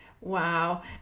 wow